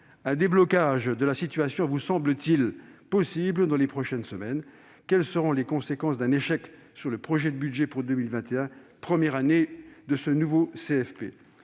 Un déblocage de la situation vous semble-t-il possible dans les prochaines semaines ? Quelles seront les conséquences d'un échec sur le projet de budget pour 2021, première année du nouveau CFP ?